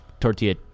tortilla